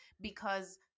because-